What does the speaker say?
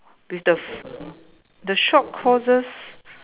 with the f~ the short courses